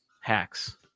hacks